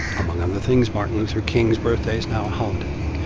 among other things, martin luther king's birthday is now a holiday.